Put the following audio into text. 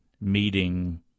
meeting